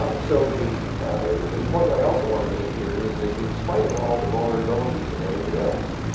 ah so the the point i also want to make here is that in spite of all the vulnerabilities and everything else